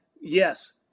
Yes